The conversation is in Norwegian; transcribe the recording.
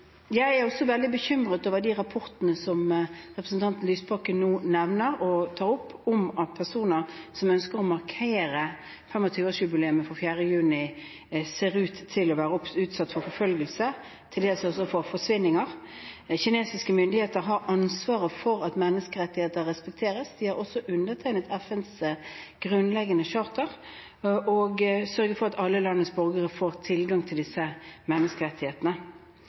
Jeg er også veldig bekymret over de rapportene som representanten Lysbakken nå nevner og tar opp – om at personer som ønsker å markere 25 års-jubileet for 4. juni, ser ut til å være utsatt for forfølgelse og til dels forsvinninger. Kinesiske myndigheter har ansvaret for at menneskerettigheter respekteres – de har også undertegnet FNs grunnleggende charter – og å sørge for at alle landets borgere får tilgang til disse menneskerettighetene.